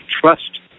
trust